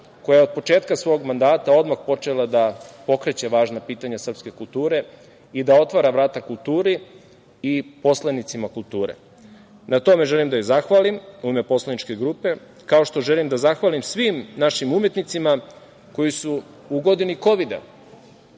koja je od početka svog mandata odmah počela da pokreće važna pitanja srpske kulture i da otvara vrata kulturi i poslanicima kulture. Na tome želim da joj zahvalim u ime poslaničke grupe, kao što želim da zahvalim svim našim umetnicima koji su u godini Kovida